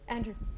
Andrew